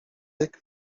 ryk